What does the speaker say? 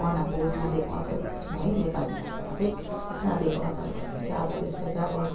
बनाएको साँधेको अचार भन्छौँ है नेपाली भाषामा चाहिँ साँधेको अचार भनेको चाहिँ अब त्यसलाई चाहिँ अब